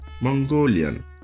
Mongolian